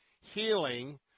healing